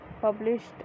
published